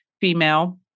female